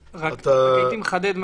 הייתי מחדד משהו,